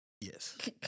Yes